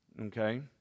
okay